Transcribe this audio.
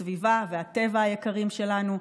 הסביבה והטבע היקרים שלנו,